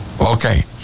Okay